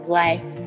life